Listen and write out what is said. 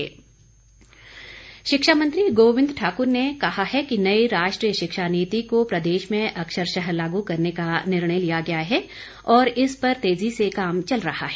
गोविंद ठाक्र शिक्षा मंत्री गोविंद ठाकुर ने कहा है कि नई राष्ट्रीय शिक्षा नीति को प्रदेश में अक्षरशः लागू करने का निर्णय लिया गया है और इस पर तेजी से काम चल रहा है